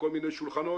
בכל מיני שולחנות,